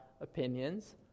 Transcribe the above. opinions